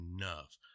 enough